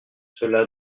cela